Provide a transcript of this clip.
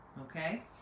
Okay